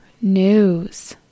news